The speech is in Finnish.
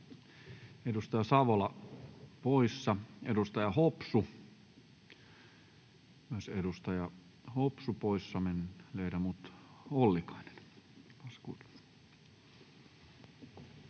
Edustaja Talvitie poissa, edustaja Hopsu poissa.